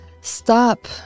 stop